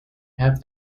have